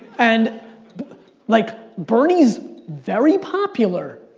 and like bernie's very popular,